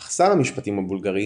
אך שר המשפטים הבולגרי